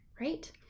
right